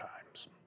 times